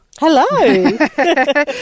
Hello